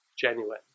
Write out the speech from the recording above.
genuine